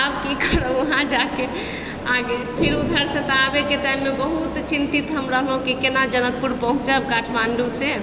आब कि करब उहाँ जाके आगे फिर उधरसँ तऽ आबैके टाइममे बहुत चिन्तित हम रहलहुँ कि कोना जनकपुर पहुँचब काठमाण्डुसँ